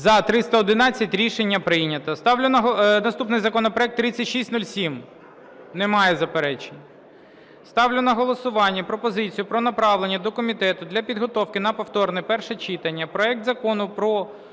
За-311 Рішення прийнято. Наступний законопроект 3607. Немає заперечень. Ставлю на голосування пропозицію про направлення до комітету для підготовки на повторне перше читання проект Закону про